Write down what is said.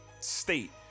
State